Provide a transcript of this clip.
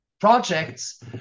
projects